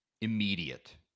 immediate